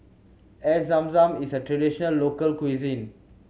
Air Zam Zam is a traditional local cuisine